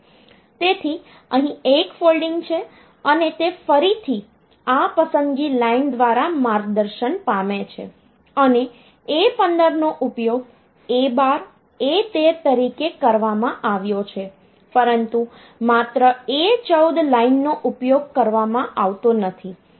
તેથી અહીં એક ફોલ્ડિંગ છે અને તે ફરીથી આ પસંદગી લાઈન દ્વારા માર્ગદર્શન પામે છે અને A15 નો ઉપયોગ A12 A13 તરીકે કરવામાં આવ્યો છે પરંતુ માત્ર A14 લાઇનનો ઉપયોગ કરવામાં આવતો નથી